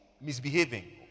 misbehaving